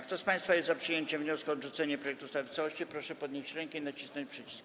Kto z państwa jest za przyjęciem wniosku o odrzucenie projektu ustawy w całości, proszę podnieść rękę i nacisnąć przycisk.